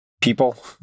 people